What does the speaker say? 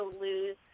lose